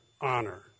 honor